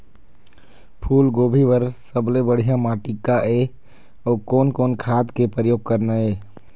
फूलगोभी बर सबले बढ़िया माटी का ये? अउ कोन कोन खाद के प्रयोग करना ये?